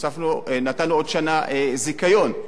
כשנתנו עוד שנה זיכיון,